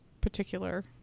particular